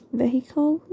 vehicle